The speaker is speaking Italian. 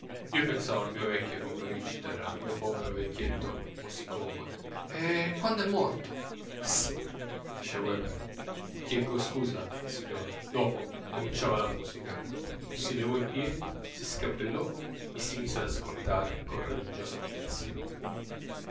io pensavo al mio vecchio amico richter al mio povero vecchietto musicomane e quando è morto psst fece weber chieggo scusa signor dopo cominciava la musica si levò in piedi si scappellò e si mise ad ascoltare con religiosa attenzione